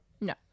no